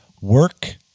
work